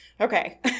okay